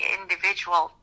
individual